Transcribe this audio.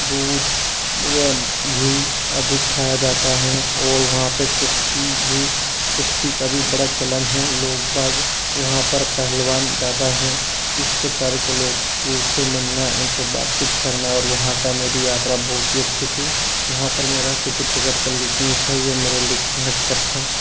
दूध व घी अधिक खाया जाता है और वहाँ पे कुश्ती भी कुश्ती का भी बड़ा चलन है लोग भाग वहाँ पर पहलवान ज़्यादा है इस प्रकार के लोगों से मिलना है उनसे बातचीत करना और वहाँ का मेरी यात्रा बहुत ही अच्छी थी वहाँ पर मेरा किसी प्रकार का लिख नही था यह मेरा लिख सेट कर था